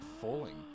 falling